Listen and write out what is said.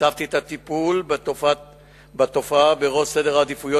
הצבתי את הטיפול בתופעה בראש סדר העדיפויות